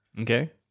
Okay